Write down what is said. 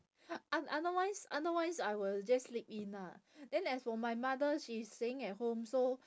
oth~ otherwise otherwise I will just sleep in ah then as for my mother she's staying at home so